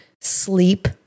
Sleep